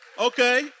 Okay